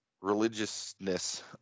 religiousness